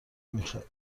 میخوره